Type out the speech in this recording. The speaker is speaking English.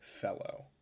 fellow